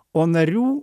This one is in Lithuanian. o narių